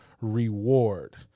reward